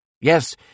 Yes